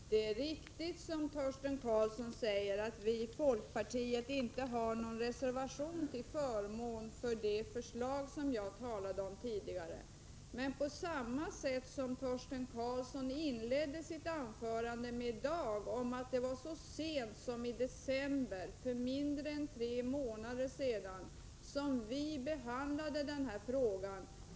Fru talman! Det är riktigt som Torsten Karlsson säger att vi i folkpartiet inte har avgivit någon reservation till förmån för det förslag som jag talade om tidigare. Men Torsten Karlsson framhöll ju att vi så sent som i december, alltså för mindre än tre månader sedan, behandlade denna fråga.